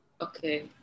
okay